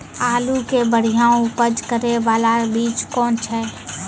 आलू के बढ़िया उपज करे बाला बीज कौन छ?